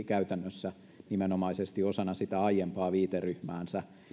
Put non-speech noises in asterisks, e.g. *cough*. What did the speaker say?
*unintelligible* käytännössä edelleen nimenomaisesti osana sitä aiempaa viiteryhmäänsä